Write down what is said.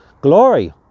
glory